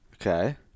Okay